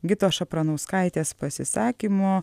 gitos šapranauskaitės pasisakymo